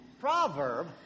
proverb